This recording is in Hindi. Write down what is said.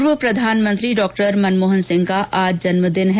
पूर्व प्रधानमंत्री डॉ मनमोहन सिंह का आज जन्म दिन है